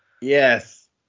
Yes